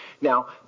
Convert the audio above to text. Now